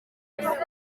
umuyobozi